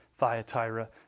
Thyatira